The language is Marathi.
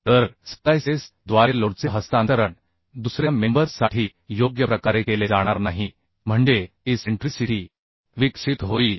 तर स्प्लाइसेस द्वारे लोडचे हस्तांतरण दुसऱ्या मेंबर साठी योग्य प्रकारे केले जाणार नाही म्हणजे इसेंट्रीसिटी विकसित होईल